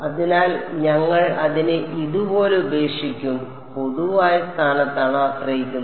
അതിനാൽ ഞങ്ങൾ അതിനെ ഇതുപോലെ ഉപേക്ഷിക്കും പൊതുവായ സ്ഥാനത്താണ് ആശ്രയിക്കുന്നത്